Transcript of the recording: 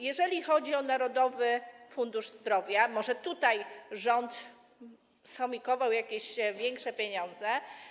Jeżeli chodzi o Narodowy Fundusz Zdrowia, to może tutaj rząd schomikował jakieś większe pieniądze.